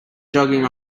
jogging